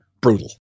Brutal